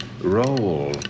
Roll